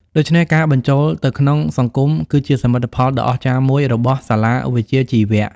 ដូច្នេះ ការបញ្ចូលទៅក្នុងសង្គមគឺជាសមិទ្ធផលដ៏អស្ចារ្យមួយរបស់សាលាវិជ្ជាជីវៈ។